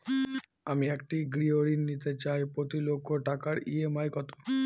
আমি একটি গৃহঋণ নিতে চাই প্রতি লক্ষ টাকার ই.এম.আই কত?